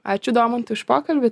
ačiū domantui už pokalbį